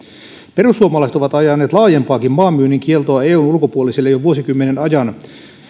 perussuomalaiset ovat ajaneet laajempaakin maan myynnin kieltoa eun ulkopuolisille jo vuosikymmenen ajan